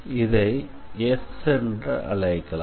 இதை S என்று அழைக்கலாம்